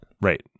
Right